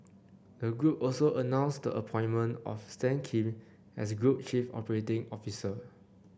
the group also announced the appointment of Stan Kim as group chief operating officer